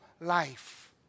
life